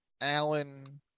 alan